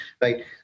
right